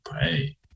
Hey